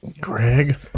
Greg